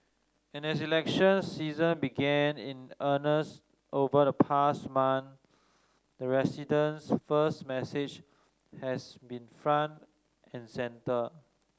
and as election season began in earnest over the past month the residents first message has been front and centre